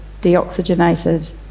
deoxygenated